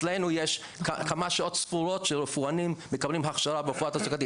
אצלנו יש כמה שעות ספורות שרפואנים מקבלים הכשרה ברפואה תעסוקתית.